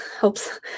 helps